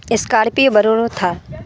scorpio bolero Thar